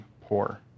poor